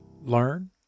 learn